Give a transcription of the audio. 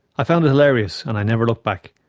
i found it hilarious and i never looked back.